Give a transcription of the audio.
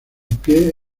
pie